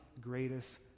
greatest